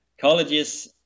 Colleges